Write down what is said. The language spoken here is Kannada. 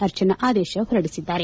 ಅರ್ಚನಾ ಆದೇಶ ಹೊರಡಿಸಿದ್ದಾರೆ